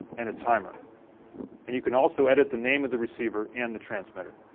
and a timer and you can also edit the name of the receiver and the transmitter.